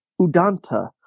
Udanta